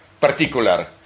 particular